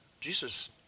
Jesus